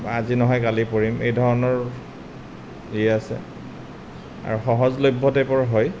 আজি নহয় কালি পঢ়িম এই ধৰণৰ এই আছে আৰু সহজলভ্য টাইপৰ হয়